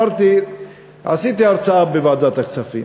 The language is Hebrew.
עשיתי הרצאה בוועדת הכספים,